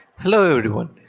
hello everyone,